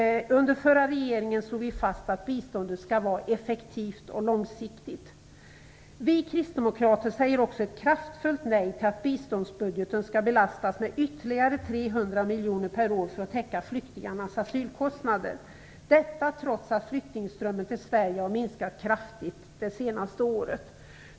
Under den förra regeringens tid slog vi fast att biståndet skall vara effektivt och långsiktigt. Vi kristdemokrater säger också ett kraftfullt nej till att biståndsbudgeten skall belastas med ytterligare 300 miljoner per år för att täcka flyktingars asylkostnader; detta trots att flyktingströmmen till Sverige har minskat kraftigt under det senaste året.